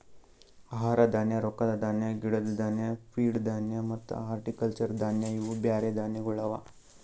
ಆಹಾರ ಧಾನ್ಯ, ರೊಕ್ಕದ ಧಾನ್ಯ, ಗಿಡದ್ ಧಾನ್ಯ, ಫೀಡ್ ಧಾನ್ಯ ಮತ್ತ ಹಾರ್ಟಿಕಲ್ಚರ್ ಧಾನ್ಯ ಇವು ಬ್ಯಾರೆ ಧಾನ್ಯಗೊಳ್ ಅವಾ